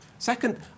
Second